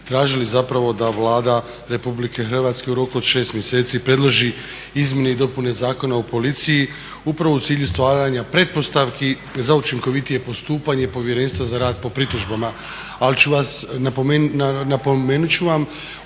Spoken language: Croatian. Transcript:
tražili zapravo da Vlada RH u roku od 6 mjeseci predloži izmjene i dopune Zakona o policiji upravo u cilju stvaranja pretpostavki za učinkovitije postupanje Povjerenstva za rad po pritužbama. Ali napomenut ću vam